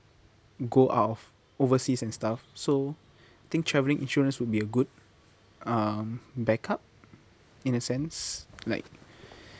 go out of overseas and stuff so think traveling insurance would be a good um backup in a sense like